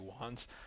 wants